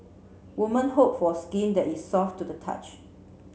woman hope for skin that is soft to the touch